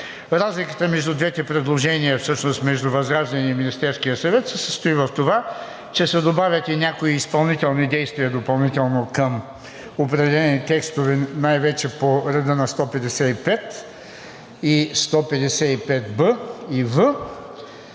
Разликата между двете предложения всъщност – между ВЪЗРАЖДАНЕ и Министерския съвет, се състои в това, че се добавят и някои изпълнителни действия допълнително към определени текстове, най-вече по реда на 155 и 155б и в,